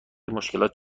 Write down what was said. مشکلات